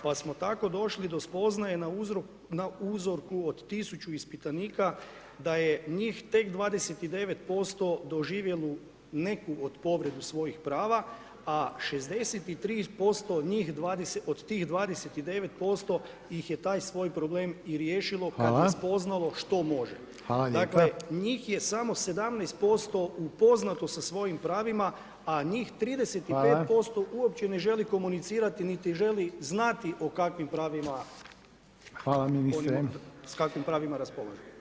Pa smo tako došli do spoznaje na uzorku od 1000 ispitanika da je njih tek 29% doživjelo neku od povredu svojih prava, a 63% od tih 29% je taj svoj problem i riješilo kad je spoznalo što može [[Upadica Reiner: Hvala, hvala lijepa.]] Dakle njih je samo 17% upoznato sa svojim pravima, a njih 35% uopće ne želi komunicirati, niti želi znati o kakvim pravima, s kakvim pravima raspolaže.